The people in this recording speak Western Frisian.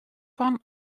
fan